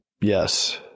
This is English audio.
Yes